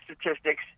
statistics